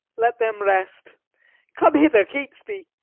let them rest come hither, catesby.